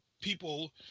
people